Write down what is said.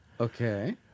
Okay